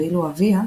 ואילו אביה,